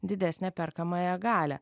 didesnę perkamąją galią